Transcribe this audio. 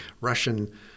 Russian